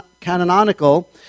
canonical